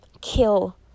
kill